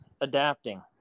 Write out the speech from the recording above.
adapting